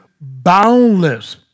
boundless